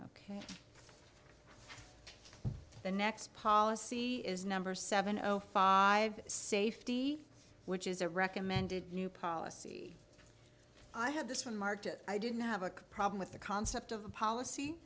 ok the next policy is number seven zero five safety which is a recommended new policy i have this from market i didn't have a problem with the concept of a policy